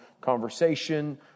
conversation